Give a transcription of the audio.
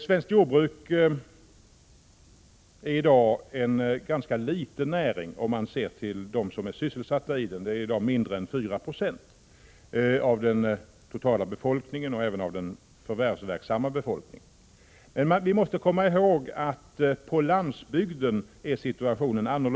Svenskt jordbruk är i dag en ganska liten näring, om man ser till antalet sysselsatta — i dag mindre än 4 96 av den totala befolkningen och även av den förvärvsverksamma befolkningen. Men vi måste komma ihåg att på landsbygden är situationen en annan.